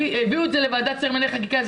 הביאו את זה לוועדת שרים לענייני חקיקה,